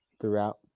throughout